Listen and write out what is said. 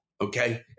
okay